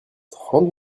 trente